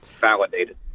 validated